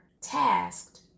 tasked